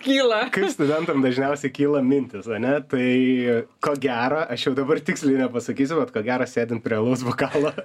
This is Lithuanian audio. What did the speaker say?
kyla studentam dažniausiai kyla mintys ane tai ko gero aš jau dabar tiksliai nepasakysiu bet ko gero sėdint prie alaus bokalo